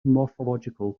morphological